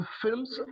films